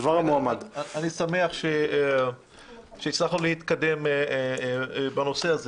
אני שמח שהצלחנו להתקדם בנושא הזה.